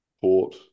Port